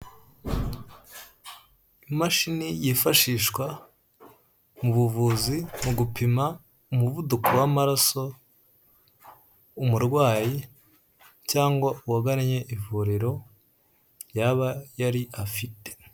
Imashini yifashishwa mu buvuzi mu gupima umuvuduko w'amaraso, umurwayi cyangwa uwaganye ivuriro yaba yari afite.